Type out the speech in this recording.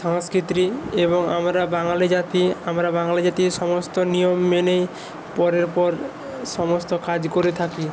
সাংস্কৃতি এবং আমরা বাঙালি জাতি আমরা বাঙালি জাতির সমস্ত নিয়ম মেনেই পরের পর সমস্ত কাজ করে থাকি